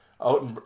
out